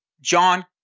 John